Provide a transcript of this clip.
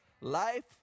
life